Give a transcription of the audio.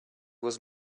was